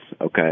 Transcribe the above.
okay